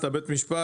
את בית המשפט,